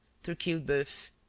through quille-beuf.